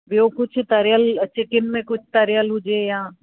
ॿियो कुझु तरियल चिकिन में कुझु तरियल हुजे या